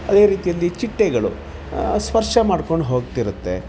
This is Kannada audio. ಅದೇ ರೀತಿಯಲ್ಲಿ ಚಿಟ್ಟೆಗಳು ಸ್ವರ್ಶ ಮಾಡ್ಕೊಂಡು ಹೋಗ್ತಿರುತ್ತೆ